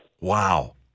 Wow